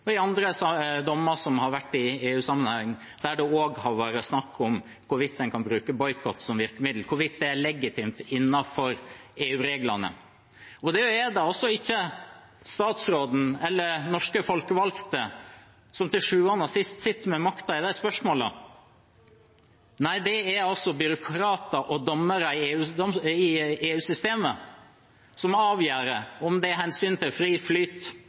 og slik en også har gjort i andre dommer i EU-sammenheng, der det også har vært snakk om hvorvidt en kan bruke boikott som virkemiddel, hvorvidt det er legitimt innenfor EU-reglene. Det er altså ikke statsråden eller norske folkevalgte som til syvende og sist sitter med makten i de spørsmålene. Nei, det er byråkrater og dommere i EU-systemet som avgjør om det er hensynet til fri flyt